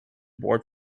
board